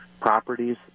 properties